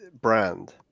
brand